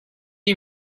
you